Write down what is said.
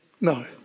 No